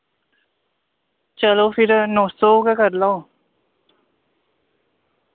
चलो फिर नौ सौ गै कर लाओ